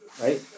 Right